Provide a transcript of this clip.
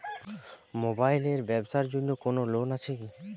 Mobile এর ব্যাবসার জন্য কোন লোন আছে কি?